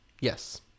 Yes